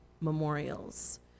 memorials